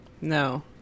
No